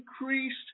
increased